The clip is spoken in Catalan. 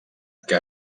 que